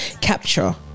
capture